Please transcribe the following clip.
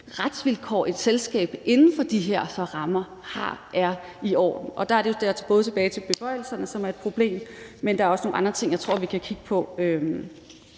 retsvilkår, et selskab har inden for de her rammer, er i orden. Og der er det, vi både er tilbage ved beføjelserne, som er problem, men der også nogle andre ting, jeg tror vi kan kigge på.